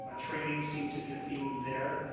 ah training seem to be a theme there.